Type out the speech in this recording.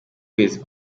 kwezi